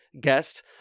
guest